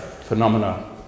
Phenomena